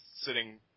sitting